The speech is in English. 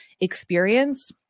experience